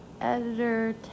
Editor